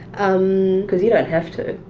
um because you don't have to.